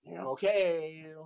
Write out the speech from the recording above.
okay